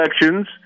elections